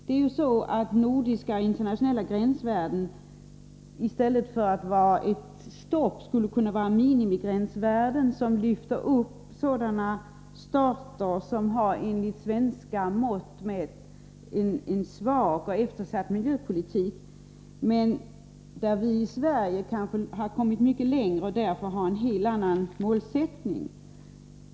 Det är ju så att nordiska och internationella gränsvärden i stället för att utgöra ett stopp härvidlag skulle kunna vara minimigränsvärden som så att säga lyfter upp stater som har en enligt svenska mått mätt svag och eftersatt miljöpolitik — alltså där vi i Sverige har kommit mycket längre och därför har en helt annan målsättning.